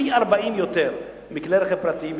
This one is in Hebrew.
פי-40 יותר מכלי רכב פרטיים בתאונות,